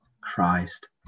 Christ